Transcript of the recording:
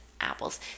apples